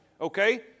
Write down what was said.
Okay